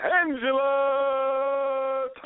Angela